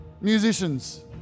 musicians